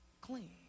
clean